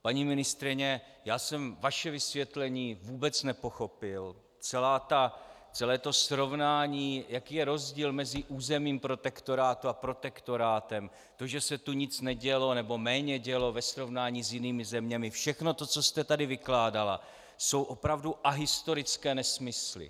Paní ministryně, já jsem vaše vysvětlení vůbec nepochopil, celé to srovnání, jaký je rozdíl mezi územím protektorátu a protektorátem, to, že se tu nic nedělo, nebo méně dělo ve srovnání s jinými zeměmi, všechno to, co jste tady vykládala, jsou opravdu ahistorické nesmysly.